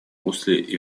русле